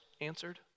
answered